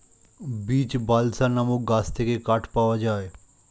beech, balsa নামক গাছ থেকে কাঠ পাওয়া যায়